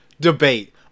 debate